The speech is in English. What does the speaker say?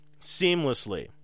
seamlessly